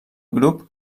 grup